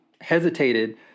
hesitated